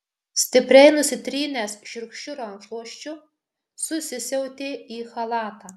stipriai nusitrynęs šiurkščiu rankšluosčiu susisiautė į chalatą